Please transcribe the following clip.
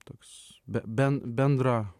toks ben bendra